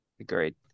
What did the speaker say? Agreed